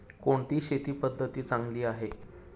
कोणती शेती पद्धती चांगली आहे?